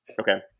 Okay